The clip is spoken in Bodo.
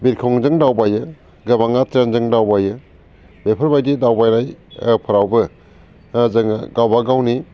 बिरखंजोंनो दावबायो गोबाङा ट्रेनजों दावबायो बेफोरबायदि दावबायनाय ओ फोरावबो ओ जोङो गावबागावनि